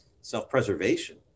self-preservation